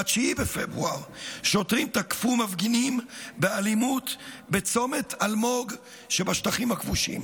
ב-9 בפברואר שוטרים תקפו מפגינים באלימות בצומת אלמוג שבשטחים הכבושים,